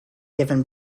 given